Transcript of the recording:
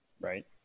right